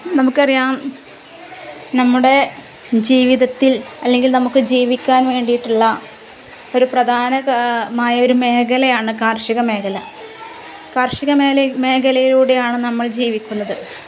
നമുക്കറിയാം നമ്മുടെ ജീവിതത്തിൽ അല്ലെങ്കിൽ നമുക്ക് ജീവിക്കാൻ വേണ്ടിയിട്ടുള്ള ഒരു പ്രധാന മായ ഒരു മേഖലയാണ് കാർഷിക മേഖല കാർഷിക മേഖലയിലൂടെയാണ് നമ്മൾ ജീവിക്കുന്നത്